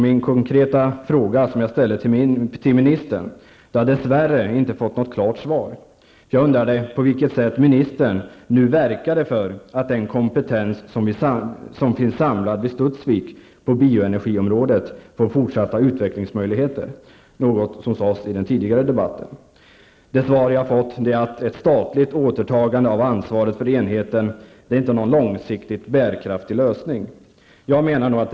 Min konkreta fråga till ministern, som jag dess värre inte fått något klart svar på, var på vilket sätt ministern nu verkar för att den kompetens som finns samlad vid Studsvik på bioenergiområdet får fortsatta utvecklingsmöjligheter. Detta sades i den tidigare debatten. Det svar jag fått är att ett statligt återtagande av ansvaret för enheten inte är någon långsiktigt bärkraftig lösning.